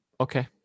Okay